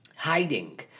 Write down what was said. hiding